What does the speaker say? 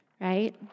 right